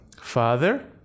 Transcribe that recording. father